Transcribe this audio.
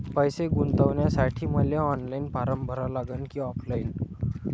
पैसे गुंतन्यासाठी मले ऑनलाईन फारम भरा लागन की ऑफलाईन?